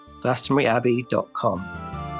glastonburyabbey.com